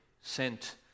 sent